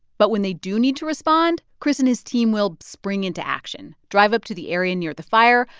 but when they do need to respond, chris and his team will spring into action, drive up to the area near the fire,